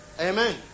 Amen